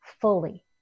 fully